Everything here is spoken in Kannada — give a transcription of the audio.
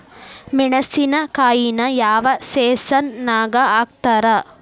ಮೆಣಸಿನಕಾಯಿನ ಯಾವ ಸೇಸನ್ ನಾಗ್ ಹಾಕ್ತಾರ?